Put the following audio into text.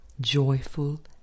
joyful